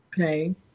Okay